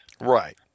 right